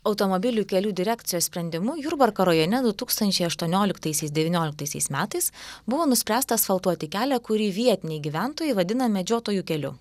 automobilių kelių direkcijos sprendimu jurbarko rajone du tūkstančiai aštuonioliktaisiais devynioliktaisiais metais buvo nuspręsta asfaltuoti kelią kurį vietiniai gyventojai vadina medžiotojų keliu